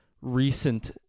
recent